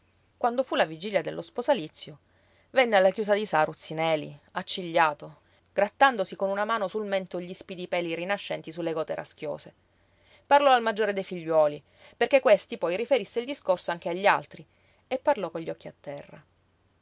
quando fu la vigilia dello sposalizio venne alla chiusa di saru zi neli accigliato grattandosi con una mano sul mento gl'ispidi peli rinascenti su le gote raschiose parlò al maggiore dei figliuoli perché questi poi riferisse il discorso anche agli altri e parlò con gli occhi a terra